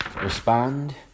respond